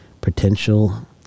potential